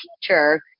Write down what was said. teacher